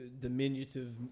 diminutive